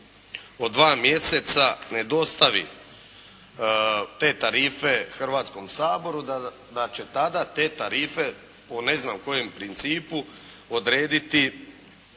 od 2 mjeseca ne dostavi te tarife Hrvatskom saboru da će tada te tarife po ne znam kojem principu odrediti